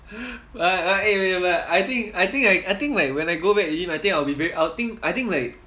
like like eh eh like I think I think like I think like when I go back already I think I will be I think I think like